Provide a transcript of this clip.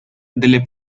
delle